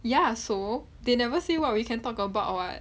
ya so they never say what we can talk about [what]